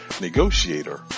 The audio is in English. Negotiator